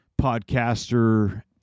podcaster